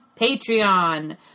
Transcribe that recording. Patreon